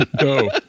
No